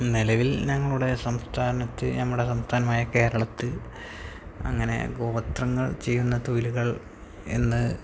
നിലവിൽ ഞങ്ങളുടെ സംസ്ഥാനത്ത് നമ്മുടെ സംസ്ഥാനമായ കേരളത്തില് അങ്ങനെ ഗോത്രങ്ങൾ ചെയ്യുന്ന തൊഴിലുകൾ എന്ന്